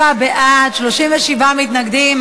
27 בעד, 37 מתנגדים.